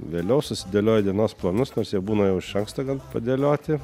vėliau susidėlioji dienos planus nors jie būna jau iš anksto gan padėlioti